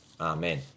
Amen